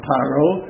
Paro